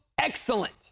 excellent